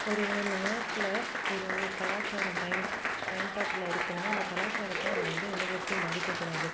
ஒரு நாட்டில் ஒரு கலாச்சாரம் பயன் பயன்பாட்டில் இருக்குதுனா அந்த கலாச்சாரத்தை அது வந்து எந்த விதத்துலேயும் பாதிக்கக்கூடாது